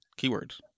keywords